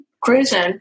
cruising